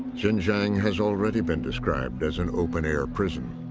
xinjiang has already been described as an open-air prison.